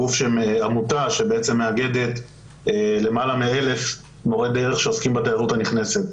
עמותה שמאגדת למעלה מאלף מורי דרך שעוסקים בתיירות הנכנסת.